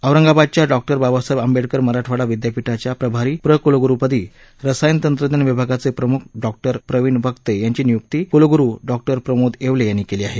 औरंगाबादच्या डॉक्टर बाबासाहेब आंबेडकर मराठवाडा विद्यापीठाच्या प्रभारी प्र कुलगुरुपदी रसायन तंत्रज्ञान विभागाचे प्रमुख डॉक्टर प्रविण वक्ते यांची नियूक्ती कूलगुरू डॉक्टर प्रमोद येवले यांनी केली आहे